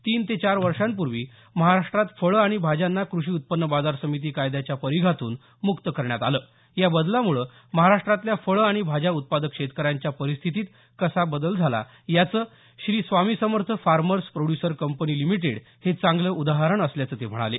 तीन ते चार वर्षांपूर्वी महाराष्ट्रात फळं आणि भाज्यांना कृषी उत्पन्न बाजार समिती कायद्याच्या परिघातून मुक्त करण्यात आलं या बदलामुळे महाराष्ट्रातल्या फळं आणि भाज्या उत्पादक शेतकऱ्यांच्या परिस्थितीत कसा बदल झाला याचं Shri Swami Samarth farmers producer company limited हे चांगलं उदाहरण असल्याचं ते म्हणाले